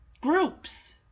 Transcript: groups